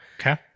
Okay